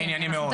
אני ענייני מאוד.